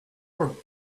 work